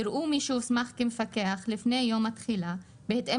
יראו מי שהוסמך כמפקח לפני יום התחילה בהתאם